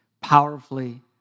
powerfully